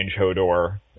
Hodor